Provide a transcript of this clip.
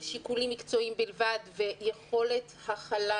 של שיקולים מקצועיים בלבד ויכולת הכלה